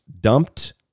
dumped